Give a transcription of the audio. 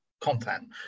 content